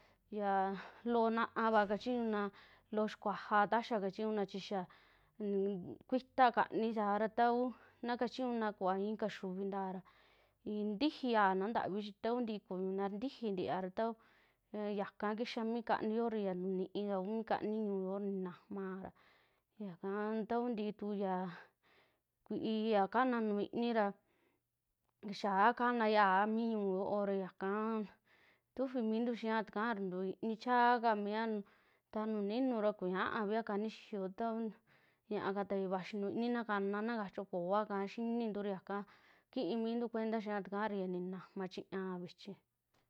Yaa loo naava kachiñuna, loo xikuaaja taxia kachiñuna chi xaa kuita kaani saara tau na kachiñuna ta kuva i'i kaxiuvi ntara intiji yaana ntavi chi takuntii kuñuna ntiji ntia tao yaka kixaa mi kaani yoo ra, ya ntuu nii ku mi kaani ñuu yoo ninaama, yaka ta kuu ntii tuku ya kui'i yaa kana nu'u inii ra kixa'a kanayaa mii ñu'u yoo ra yaka tufii mintu xiiya taka ra ntuiini chaaka mia, ta nuu ninira kuñaa ni xiyoo tau ñaakata ya vaxii nuu iini na kana na kachio, kooaka xinintu ra yaka kii mintu kuenta xiia takara ya ninaama chiñaa vichi.